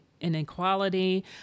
inequality